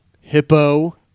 hippo